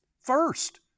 first